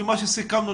ומה שסיכמנו,